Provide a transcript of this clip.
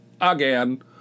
Again